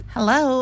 Hello